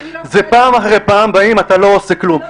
פעם אחרי פעם באים ואומרים אתה לא עושה כלום.